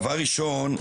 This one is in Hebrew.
דבר ראשון,